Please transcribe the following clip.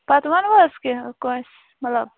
پَتہٕ ووٚنہٕ ہَس کیٚنٛہہ کٲنٛسہِ مطلب